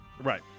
Right